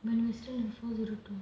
when we are still before the root door